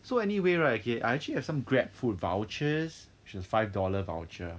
so anyway right okay I actually have some grab food vouchers which is five dollar voucher